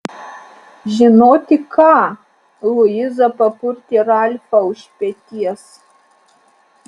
žinoti ką luiza papurtė ralfą už peties